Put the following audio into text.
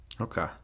Okay